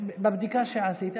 בבדיקה שעשית,